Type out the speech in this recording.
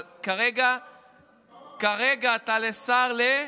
אבל כרגע אתה השר ל-?